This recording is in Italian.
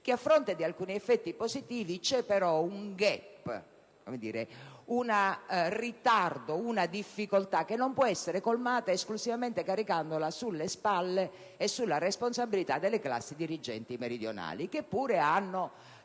che, a fronte di alcuni effetti positivi, c'è però un *gap*, un ritardo, una difficoltà che non può essere colmata esclusivamente caricandone la responsabilità sulle spalle delle classi dirigenti meridionali, che pure hanno